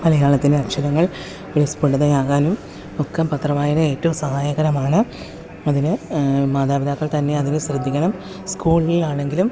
മലയാളത്തിലെ അക്ഷരങ്ങൾ സ്പുടതയാകാനും ഒക്കെ പത്രം വായന ഏറ്റവും സഹായകരമാണ് അതിന് മാതാപിതാക്കൾ തന്നെ അതിന് ശ്രദ്ധിക്കണം സ്കൂളിലാണെങ്കിലും